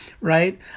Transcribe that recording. right